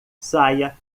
saia